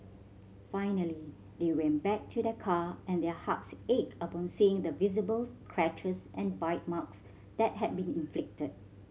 finally they went back to their car and their hearts ached upon seeing the visibles scratches and bite marks that had been inflicted